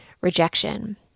rejection